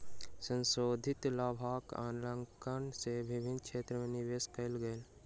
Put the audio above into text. संशोधित लाभक आंकलन सँ विभिन्न क्षेत्र में निवेश कयल गेल